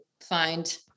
find